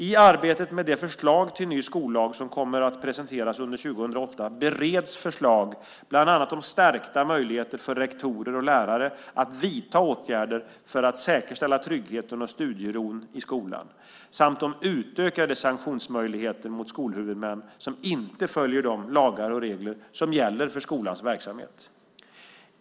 I arbetet med det förslag till ny skollag som kommer att presenteras under 2008 bereds förslag bland annat om stärkta möjligheter för rektorer och lärare att vidta åtgärder för att säkerställa tryggheten och studieron i skolan samt om utökade sanktionsmöjligheter mot skolhuvudmän som inte följer de lagar och regler som gäller för skolans verksamhet.